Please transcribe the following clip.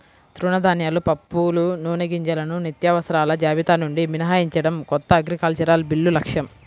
తృణధాన్యాలు, పప్పులు, నూనెగింజలను నిత్యావసరాల జాబితా నుండి మినహాయించడం కొత్త అగ్రికల్చరల్ బిల్లు లక్ష్యం